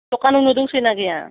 दकान दंसोयोना गैया